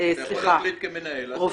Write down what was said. אתה יכול כמנהל להחליט --- רגע, סליחה.